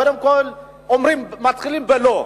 קודם כול מתחילים ב"לא",